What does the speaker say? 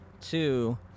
two